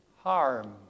harm